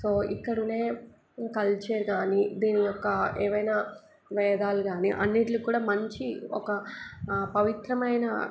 so ఇక్కడనే culture కానీ దీని యొక్క ఏవైనా వేదాలు కానీ అన్నిటిలో కూడా మంచి ఒక పవిత్రమైన